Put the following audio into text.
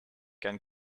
can